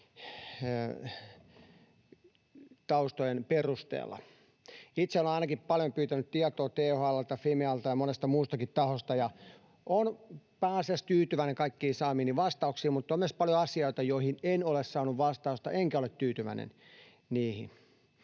perusteella. Itse olen ainakin paljon pyytänyt tietoa THL:ltä, Fimealta ja monelta muultakin taholta, ja olen pääasiassa tyytyväinen kaikkiin saamiini vastauksiin, mutta on myös paljon asioita, joihin en ole saanut vastausta, enkä ole tyytyväinen niihin.